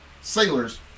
sailors